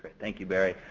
thank you barry.